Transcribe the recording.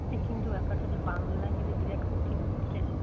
কিন্তু ব্যাপারটা যে বাংলা নাকি যে বিরাট কঠিন বলছে